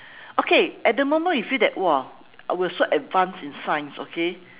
okay at the moment we feel that !wah! we are so advanced in science okay